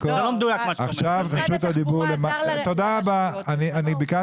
אני מבקש,